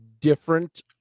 different